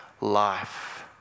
life